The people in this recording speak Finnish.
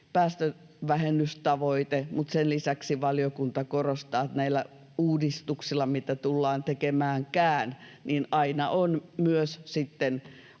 päästövähennystavoite. Mutta sen lisäksi valiokunta korostaa, että näissä uudistuksissa, mitä tullaankaan tekemään, on aina otettava